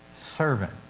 Servant